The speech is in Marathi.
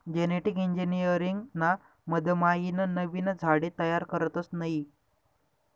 जेनेटिक इंजिनीअरिंग ना मधमाईन नवीन झाडे तयार करतस नयी